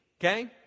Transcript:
okay